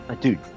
Dude